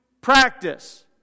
practice